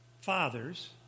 fathers